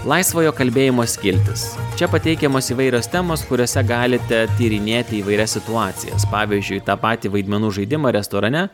laisvojo kalbėjimo skiltis čia pateikiamos įvairios temos kuriose galite tyrinėti įvairias situacijas pavyzdžiui tą patį vaidmenų žaidimą restorane